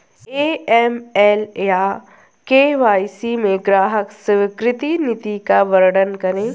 AML या KYC में ग्राहक स्वीकृति नीति का वर्णन करें?